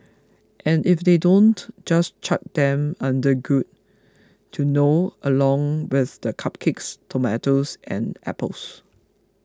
and if they don't just chuck them under good to know along with the cupcakes tomatoes and apples